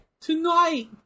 Tonight